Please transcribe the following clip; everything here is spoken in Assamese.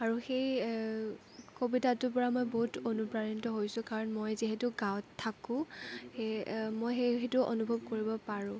আৰু সেই কবিতাটোৰ পৰা মই বহুত অনুপ্ৰাণিত হৈছোঁ কাৰণ মই যিহেতু গাৱঁত থাকোঁ সেই মই সেই সেইটো অনুভৱ কৰিব পাৰোঁ